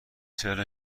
چرا